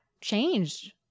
changed